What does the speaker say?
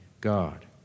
god